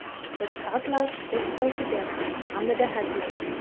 but katla they stoned to death under the headland.